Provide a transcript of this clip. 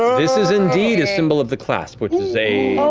um this is indeed a symbol of the clasp, which is a